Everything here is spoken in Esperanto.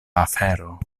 afero